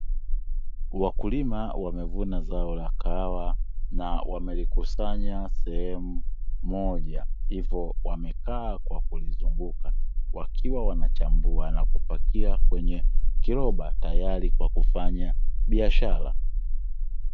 Wakulima wamevuna zao la kahawa na wamelikusanya sehemu moja, hivyo wamekaa kwa kulizunguka wakiwa wanachambua na kupakia kwenye kiroba tayari kwa kufanya biashara.